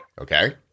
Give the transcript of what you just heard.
Okay